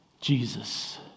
Jesus